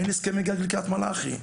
אין הסכמי גג לקריית מלאכי,